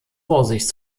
vorsicht